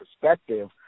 perspective